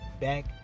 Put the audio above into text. back